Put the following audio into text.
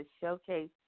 showcase